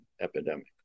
epidemic